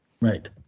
Right